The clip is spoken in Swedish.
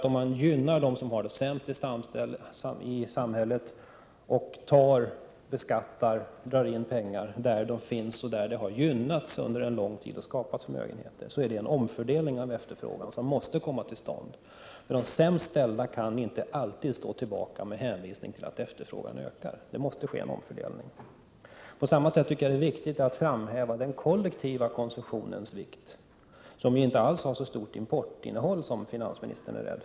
Om vi gynnar dem som har det sämst i samhället och drar in pengar från de håll som har gynnats under lång tid och där förmögenheter därför har skapats, innebär detta en omfördelning av efterfrågan som måste komma till stånd. De sämst ställda kan inte alltid stå tillbaka med hänvisning till att efterfrågan ökar. Vi måste åstadkomma en omfördelning. På samma sätt är det viktigt att framhålla den kollektiva konsumtionens betydelse, som inte alls har så stort importinnehåll som finansministern befarar.